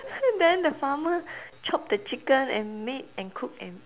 then the farmer chop the chicken and make and cook and